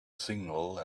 signal